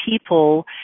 people